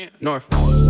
North